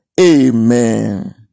Amen